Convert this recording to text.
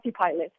pilot